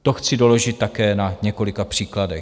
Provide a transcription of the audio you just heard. To chci doložit také na několika příkladech: